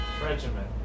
Regiment